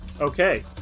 Okay